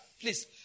Please